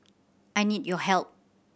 I need your help